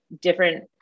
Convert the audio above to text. different